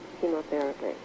chemotherapy